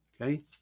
Okay